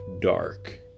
dark